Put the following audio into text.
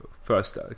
first